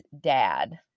dad